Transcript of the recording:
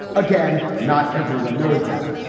again, not everyone knows that.